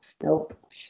Nope